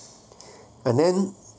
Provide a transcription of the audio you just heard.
and then